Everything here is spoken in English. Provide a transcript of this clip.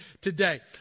today